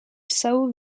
são